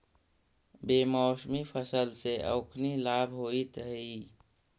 बेमौसमी फसल से ओखनी लाभ होइत हइ